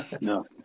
No